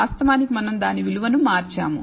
వాస్తవానికి మనం దాని విలువని మార్చాము